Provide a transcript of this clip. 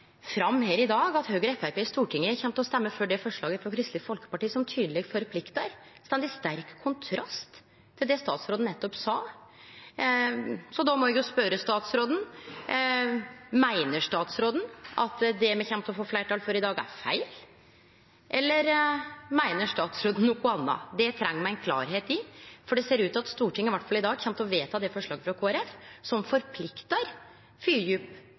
fram her i dag – at Høgre og Framstegspartiet i Stortinget kjem til å stemme for det forslaget frå Kristeleg Folkeparti som tydeleg forpliktar – står i sterk kontrast til det statsråden nettopp sa. Så då må eg spørje statsråden: Meiner statsråden at det me kjem til å få fleirtal for i dag, er feil? Eller meiner statsråden noko anna? Det treng me klarleik i, for det ser ut til at Stortinget iallfall i dag kjem til å vedta det forslaget frå Kristeleg Folkeparti som forpliktar til å fylgje opp